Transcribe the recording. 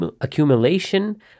accumulation